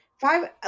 five